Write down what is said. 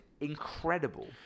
incredible